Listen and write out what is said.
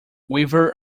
weaver